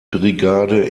brigade